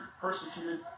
persecuted